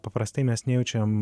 paprastai mes nejaučiam